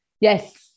Yes